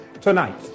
tonight